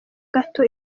gato